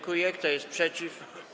Kto jest przeciw?